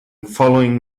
following